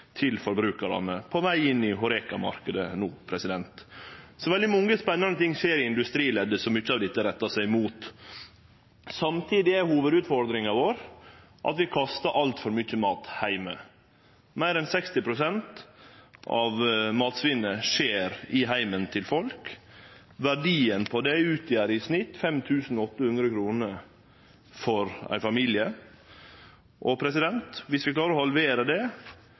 til forbrukarane. Det er på veg inn i Horeca-marknaden no. Veldig mange spennande ting skjer i industrileddet, som mykje av dette rettar seg mot. Samtidig er hovudutfordringa vår at vi kastar altfor mykje mat heime. Meir enn 60 pst. av matsvinnet skjer i heimen til folk. Verdien av det utgjer i snitt 5 800 kr for ein familie. Dersom vi klarer å halvere det,